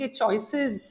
choices